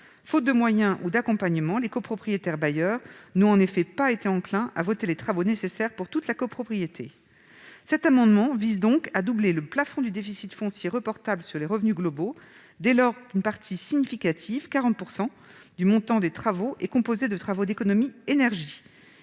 Faute de moyens ou d'accompagnement, les copropriétaires-bailleurs n'ont en effet pas été enclins à voter les travaux nécessaires pour toute la copropriété. Cet amendement vise donc à doubler le plafond du déficit foncier reportable sur les revenus globaux, dès lors qu'une part significative- 40 % -du montant des travaux est composée de travaux d'économie d'énergie,